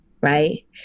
Right